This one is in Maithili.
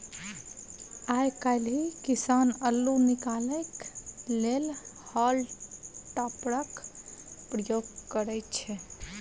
आइ काल्हि किसान अल्लु निकालै लेल हॉल टॉपरक प्रयोग करय छै